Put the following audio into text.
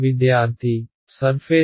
విద్యార్థి సర్ఫేస్